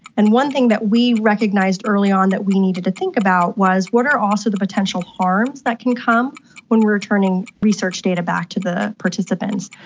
and one thing that we recognised early on that we needed to think about was what are also the potential harms that can come when returning research data back to the participants?